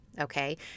okay